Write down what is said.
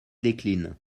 décline